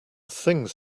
things